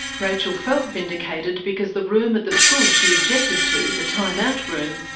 rachel felt vindicated because the room at the school she objected to, the time-out room,